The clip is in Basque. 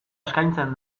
eskaintzen